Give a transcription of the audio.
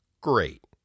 great